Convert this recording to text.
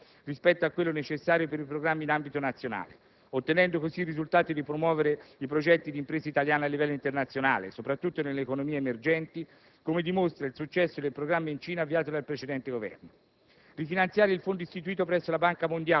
con un costo inferiore di oltre il 50 per cento rispetto a quello necessario per i programmi in ambito nazionale, ottenendo così il risultato di promuovere i progetti di imprese italiane a livello internazionale, soprattutto nelle economie emergenti, come dimostra il successo del programma in Cina avviato dal precedente governo.